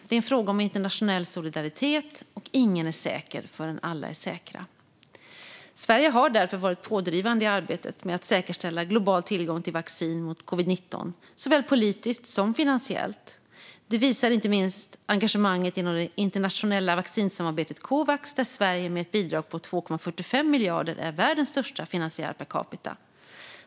Det är en fråga om internationell solidaritet, och ingen är säker förrän alla är säkra. Sverige har därför varit pådrivande i arbetet med att säkerställa global tillgång till vaccin mot covid-19, såväl politiskt som finansiellt. Det visar inte minst engagemanget inom det internationella vaccinsamarbetet Covax, där Sverige med ett bidrag på 2,45 miljarder är världens största finansiär per capita.